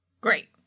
Great